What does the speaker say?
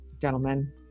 gentlemen